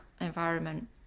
environment